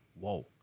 whoa